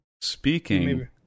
Speaking